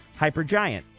Hypergiant